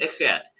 ahead